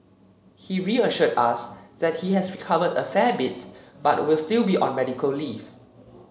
he reassured us that he has recovered a fair bit but will still be on medical leave